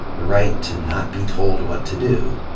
the right to not be told what to do,